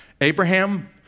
Abraham